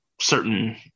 certain